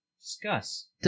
Discuss